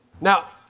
Now